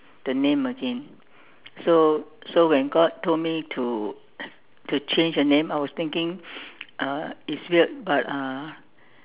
the name again so so when God told me to to change the name I was thinking uh it's weird but uh